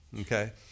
Okay